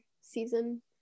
season